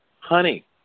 honey